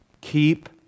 keep